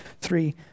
three